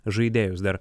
žaidėjus dar